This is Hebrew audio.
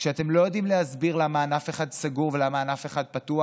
כשאתם לא יודעים להסביר למה ענף אחד סגור ולמה ענף אחד פתוח